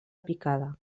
picada